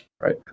right